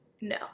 No